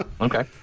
Okay